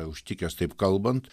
užtikęs taip kalbant